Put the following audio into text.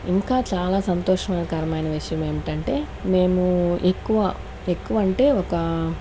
ఇంకా చాలా సంతోషకరమైన విషయం ఏమిటంటే మేము ఎక్కువ ఎక్కువ అంటే ఒక